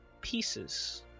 Pieces